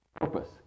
purpose